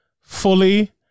Fully